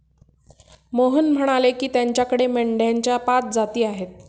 मोहन म्हणाले की, त्याच्याकडे मेंढ्यांच्या पाच जाती आहेत